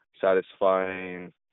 satisfying